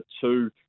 two